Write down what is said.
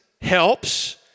helps